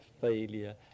failure